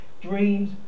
dreams